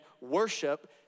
worship